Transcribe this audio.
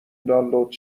دانلود